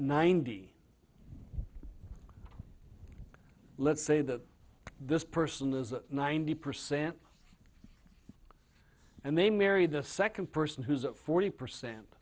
ninety let's say that this person is that ninety percent and they marry the second person who's at forty percent